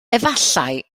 efallai